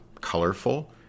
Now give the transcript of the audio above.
colorful